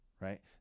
right